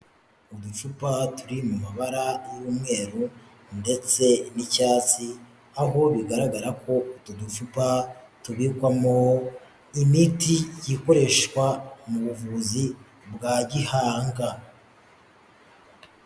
Uducupa turi mu mabara y'umweru ndetse n'icyatsi, aho bigaragara ko utu ducupa tubikwamo imiti ikoreshwa mu buvuzi bwa gihanga.